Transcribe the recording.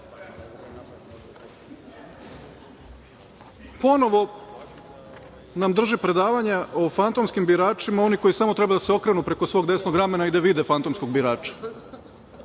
ponovo nam drže predavanja o fantomskim biračima oni koji samo treba da se okrenu preko svog desnog ramena i da vide fantomskog birača.